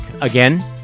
Again